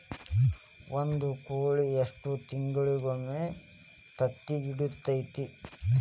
ಒಂದ್ ಕೋಳಿ ಎಷ್ಟ ತಿಂಗಳಿಗೊಮ್ಮೆ ತತ್ತಿ ಇಡತೈತಿ?